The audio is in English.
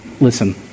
Listen